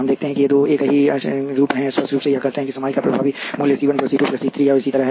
हम देखते हैं कि ये दो एक ही रूप हैं स्पष्ट रूप से यह कहते हैं कि समाई का प्रभावी मूल्य C1 C 2 C 3 और इसी तरह है